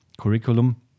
curriculum